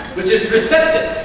which is receptive.